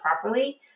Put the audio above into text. properly